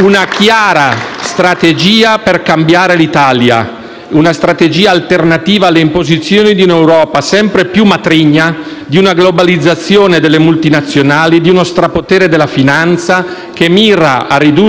una chiara strategia per cambiare l'Italia. Una strategia alternativa alle imposizioni di una Europa sempre più matrigna, di una globalizzazione delle multinazionali, di uno strapotere della finanza che mira a ridurre gli italiani